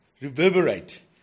reverberate